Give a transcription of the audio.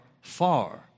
far